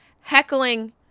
heckling